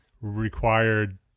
required